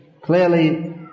clearly